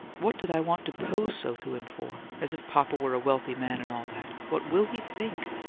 what did i want to pose so to him for as if papa were a wealthy man and all that? what will he think?